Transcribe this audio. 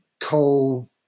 coal